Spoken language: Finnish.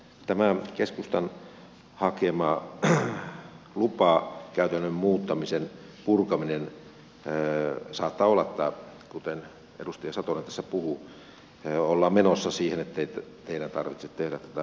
tämä keskustan hakema lupakäytännön muuttamisen purkaminen saattaa olla kuten edustaja satonen tässä puhui että ollaan menossa siihen ettei teidän tarvitse tehdä tätä vastalausetta tältä puolelta